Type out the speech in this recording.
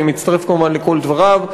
אני מצטרף כמובן לכל דבריו.